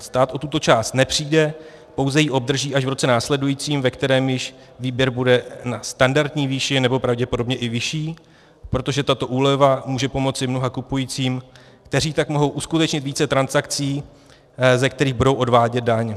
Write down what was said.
Stát o tuto část nepřijde, pouze ji obdrží až v roce následujícím, ve kterém již výběr bude na standardní výši, nebo pravděpodobně i vyšší, protože tato úleva může pomoci mnoha kupujícím, kteří tak mohou uskutečnit více transakcí, ze kterých budou odvádět daň.